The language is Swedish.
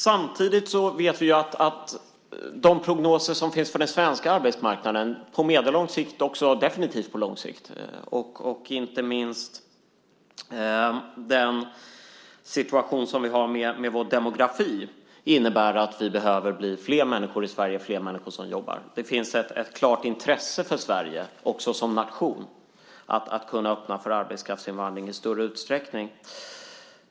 Samtidigt vet vi att de prognoser som finns för den svenska arbetsmarknaden på medellång sikt, och definitivt på lång sikt, och inte minst den situation som vi har med vår demografi innebär att vi behöver bli flera människor i Sverige, flera människor som jobbar. Det finns ett klart intresse för Sverige också som nation att i större utsträckning öppna för en arbetskraftsinvandring.